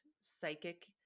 psychic